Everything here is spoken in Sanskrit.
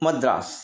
मद्रास्